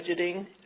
budgeting